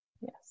Yes